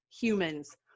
humans